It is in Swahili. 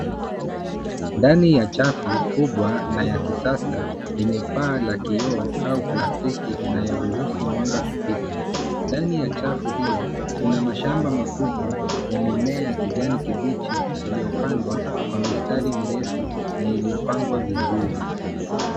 Ndani ya chafu kubwa na ya kisasa yenye paa la kioo au plastiki inayoruhusu mwanga kupita. Ndani ya chafu hiyo, kuna mashamba makubwa ya mimea ya kijani kibichi iliyopandwa kwa mistari mirefu na iliyopangwa vizuri.